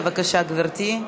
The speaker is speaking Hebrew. בבקשה, גברתי.